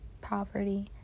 poverty